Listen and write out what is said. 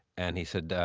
and he said,